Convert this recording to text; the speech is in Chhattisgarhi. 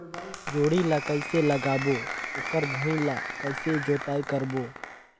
जोणी ला कइसे लगाबो ओकर भुईं ला कइसे जोताई करबो?